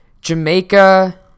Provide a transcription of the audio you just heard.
jamaica